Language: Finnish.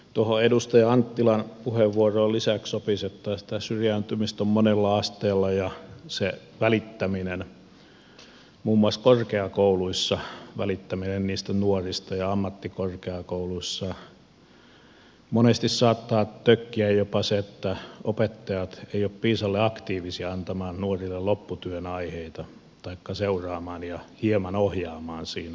tuohon edustaja anttilan puheenvuoroon sopisi lisäksi että tällaista syrjäytymistä on monella asteella muun muassa korkeakouluissa ja ammattikorkeakouluissa ja se välittäminen niistä nuorista saattaa monesti tökkiä jopa niin että opettajat eivät ole piisalle aktiivisia antamaan nuorille lopputyön aiheita taikka seuraamaan ja hieman ohjaamaan siinä